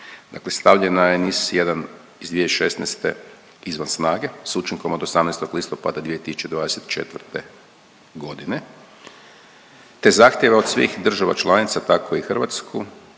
Dakle stavljena je NIS-1 iz 2016. izvan snage s učinkom od 18. listopada 2024. g. te zahtijeva od svih država članica, tako i Hrvatsku,